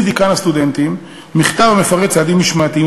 דיקן הסטודנטים מכתב המפרט צעדים משמעתיים,